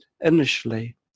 initially